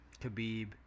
Khabib